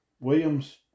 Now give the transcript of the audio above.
Williams